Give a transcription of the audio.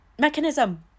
Mechanism